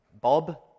Bob